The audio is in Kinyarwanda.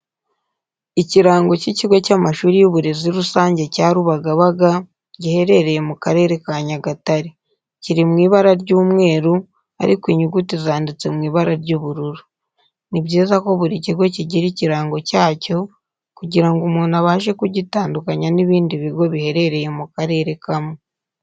Ikirango cy'ikigo cy'amashuri y'uburezi rusange cya Rubagabaga giherereye mu Karere ka Nyagatare. Kiri mu ibara ry'umweru ariko inyuguti zanditse mu ibara ry'ubururu. Ni byiza ko buri kigo kigira ikirango cyacyo kugira ngo umuntu abashe kugitandukanya n'ibindi bigo biherereye mu karere kamwe.